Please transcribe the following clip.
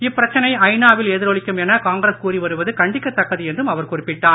இப்பிரச்சனை ஐ நா வில் எதிரொலிக்கும் என காங்கிரஸ் கூறி வருவது கண்டிக்கதக்கது என்றும் அவர் குறிப்பிட்டார்